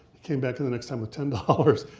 he came back in the next time with ten dollars.